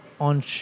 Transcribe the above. on